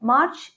March